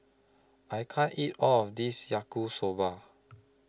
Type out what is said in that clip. I can't eat All of This Yaki Soba